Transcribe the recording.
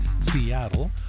Seattle